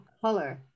color